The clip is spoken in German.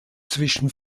zwischen